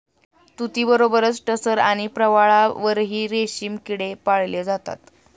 तुतीबरोबरच टसर आणि प्रवाळावरही रेशमी किडे पाळले जातात